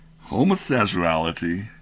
homosexuality